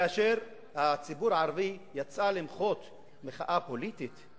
כאשר הציבור הערבי יצא למחות מחאה פוליטית,